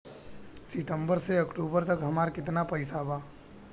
सितंबर से अक्टूबर तक हमार कितना पैसा बा?